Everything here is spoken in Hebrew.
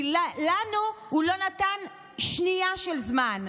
כי לנו הוא לא נתן שנייה של זמן,